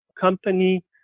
company